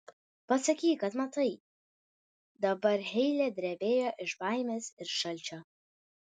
pasakyk kad matai dabar heile drebėjo iš baimės ir šalčio